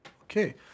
Okay